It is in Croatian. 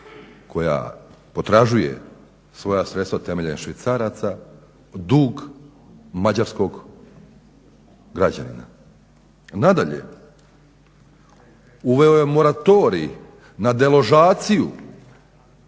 koja potražuje svoja sredstva temeljem švicaraca dug mađarskog građanina. Nadalje, uveo je moratorij na deložaciju